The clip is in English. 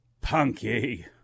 Punky